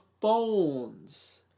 phones